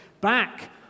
back